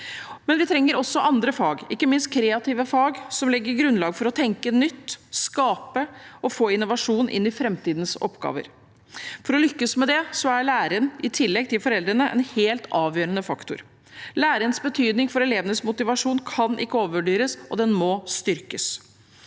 Men vi trenger også andre fag, ikke minst kreative fag, som legger grunnlag for å tenke nytt, skape og få innovasjon inn i framtidens oppgaver. For å lykkes med det er læreren, i tillegg til foreldrene, en helt avgjørende faktor. Lærerens betydning for elevenes motivasjon kan ikke overvurderes, og den må styrkes.